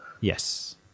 Yes